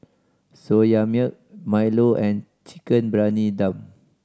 Soya Milk milo and Chicken Briyani Dum